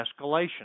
escalation